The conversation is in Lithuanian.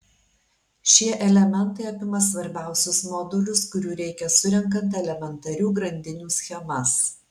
šie elementai apima svarbiausius modulius kurių reikia surenkant elementarių grandinių schemas